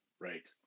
Right